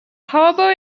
harbor